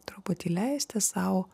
truputį leisti sau